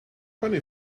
twenty